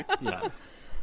Yes